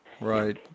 Right